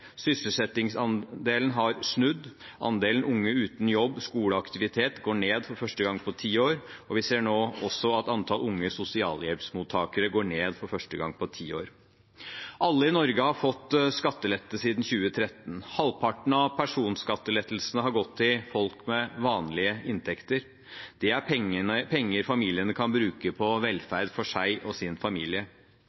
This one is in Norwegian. Sysselsettingsandelen har snudd, andelen unge uten jobb, skole eller aktivitet går ned for første gang på ti år, og vi ser nå også at antall unge sosialhjelpsmottakere går ned for første gang på ti år. Alle i Norge har fått skattelette siden 2013. Halvparten av personskattelettelsene har gått til folk med vanlige inntekter. Det er penger familiene kan bruke på